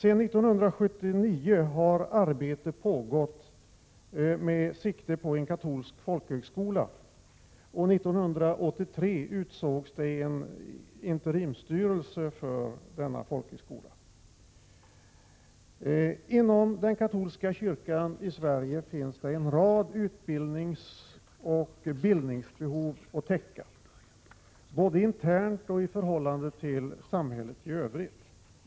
Sedan 1979 har arbete pågått med sikte på en katolsk folkhögskola, och 1983 utsågs en interimsstyrelse för denna folkhögskola. Inom den katolska kyrkan i Sverige finns en rad utbildningsoch bildningsbehov att täcka, både internt och i förhållande till samhället i övrigt.